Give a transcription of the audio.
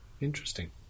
interesting